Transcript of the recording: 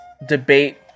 Debate